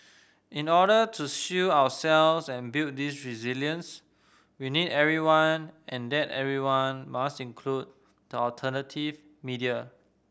in order to shield ourselves and build this resilience we need everyone and that everyone must include the alternative media